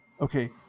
okay